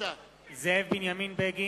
זאב בנימין בגין,